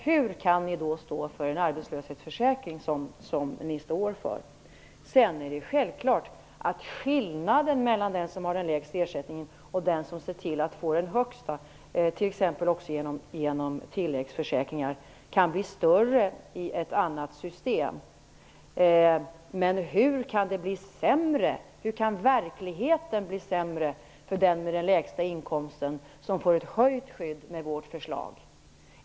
Hur kan ni då stå för den arbetslöshetsförsäkring som ni står för? Det är självklart att skillnaden mellan den som har den lägsta ersättningen och den som ser till att få den högsta, t.ex. genom tilläggsförsäkringar, kan bli större i ett annat system. Men hur kan verkligheten bli sämre för den som har den lägsta inkomsten och som får ett bättre skydd i och med vårt förslag?